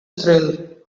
thrill